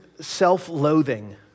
self-loathing